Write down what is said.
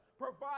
provide